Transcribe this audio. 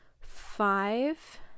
five